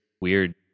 weird